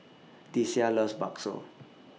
Deasia loves Bakso